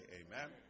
amen